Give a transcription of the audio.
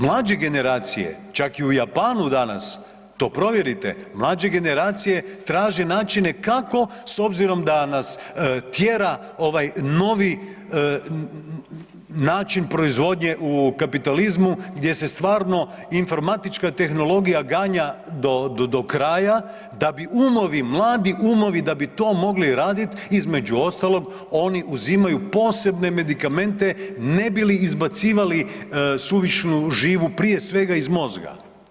Mlađe generacije čak i u Japanu danas to provjerite, mlađe generacije traže načine kako s obzirom da nas tjera ovaj novi način proizvodnje u kapitalizmu gdje se stvarno informatička tehnologija ganja do kraja, da bi umovi, mladi umovi da bi to mogli raditi između ostalog oni uzimanju posebne medikamente ne bi li izbacivali suvišnu živu prije svega iz mozga.